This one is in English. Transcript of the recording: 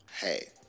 hey